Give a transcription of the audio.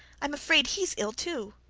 i'm afraid he's ill too.